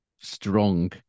strong